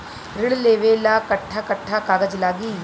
ऋण लेवेला कट्ठा कट्ठा कागज लागी?